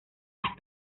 las